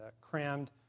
crammed